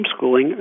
homeschooling